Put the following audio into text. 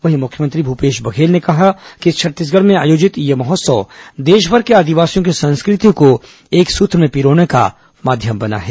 वहीं मुख्यमंत्री भूपेश बघेल ने कहा कि छत्तीसगढ़ में आयोजित यह महोत्सव देशमर के आदिवासियों की संस्कृति को एक सूत्र में पिरोने का माध्यम बना है